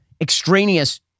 extraneous